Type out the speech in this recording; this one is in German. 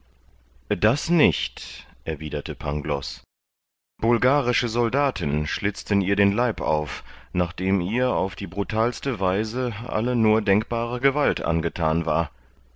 das nicht erwiderte pangloß bulgarische soldaten schlitzen ihr den leib auf nachdem ihr auf die brutalste weise alle nur denkbare gewalt angethan war